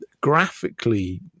graphically